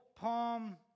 Palm